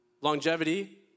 longevity